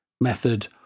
method